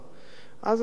אז אתה שואל את עצמך,